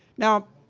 now,